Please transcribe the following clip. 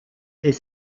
est